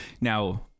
Now